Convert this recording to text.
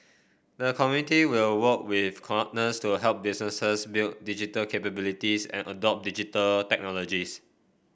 the committee will work with partners to help businesses build digital capabilities and adopt Digital Technologies